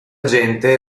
gente